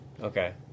Okay